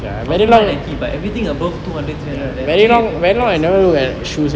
I wanted to buy nike but everything above two hundred three hundred like that also like not very nice